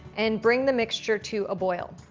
and bring the mixture to a boil.